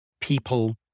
People